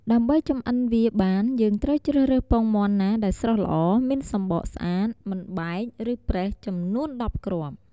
ដើម្បីចម្អិនវាបានយើងត្រូវជ្រើសរើសពងមាន់ណាដែលស្រស់ល្អ មានសំបកស្អាត មិនបែក ឬប្រេះចំនួន១០គ្រាប់។